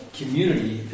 community